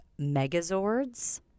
Megazords